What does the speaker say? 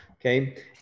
Okay